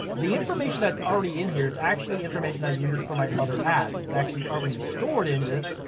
the information that's already in here is actually information i used for my other ads. it's actually already stored in this.